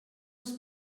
els